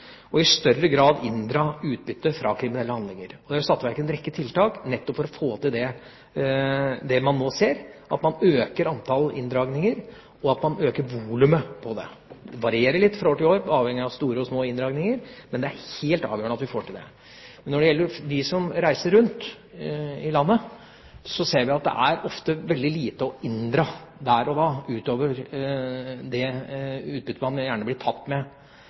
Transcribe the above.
i større grad inndra utbytte fra kriminelle handlinger. Det er satt i verk en rekke tiltak nettopp for å få til det man nå ser, et økt antall inndragninger og økt volum på det. Det varierer litt fra år til år, avhengig av store og små inndragninger, men det er helt avgjørende at vi får til det. Når det gjelder dem som reiser rundt i landet, ser vi at det ofte er veldig lite å inndra der og da utover det utbyttet man gjerne blir tatt med,